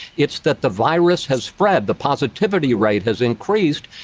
it's that the virus has spread. the positivity rate has increased.